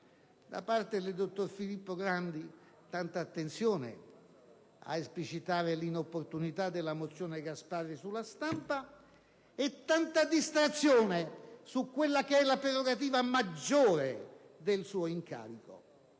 da parte del dottor Filippo Grandi, tanta attenzione a esplicitare l'inopportunità della mozione Gasparri sulla stampa e tanta distrazione su quella che è la prerogativa maggiore del suo incarico.